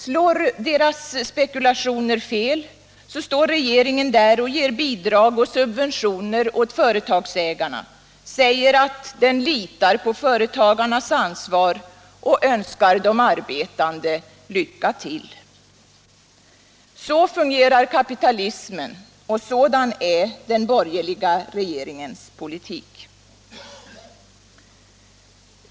Slår deras spekulationer fel står regeringen där och ger bidrag och subventioner åt företagsägarna och säger att den litar på företagarnas ansvar och önskar de arbetande lycka till. Så fungerar kapitalismen och sådan är den borgerliga regeringens politik!